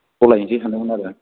सलायनोसै सानदोंमोन आरो